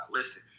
listen